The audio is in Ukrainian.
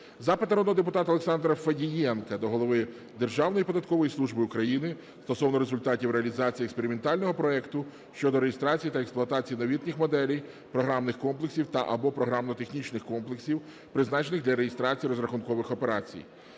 Запит народного депутата Олександра Федієнка до голови Державної податкової служби України стосовно результатів реалізації експериментального проекту щодо реєстрації та експлуатації новітніх моделей програмних комплексів та/або програмно-технічних комплексів, призначених для реєстрації розрахункових операцій.